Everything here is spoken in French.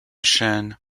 chênes